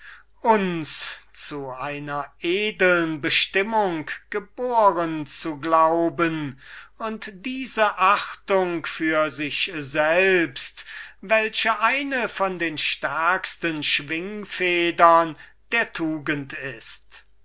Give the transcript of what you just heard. uns zu einer edeln bestimmung geboren zu glauben und diese achtung für sich selbst welche eine von den stärksten schwingfedern der tugend ist